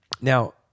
Now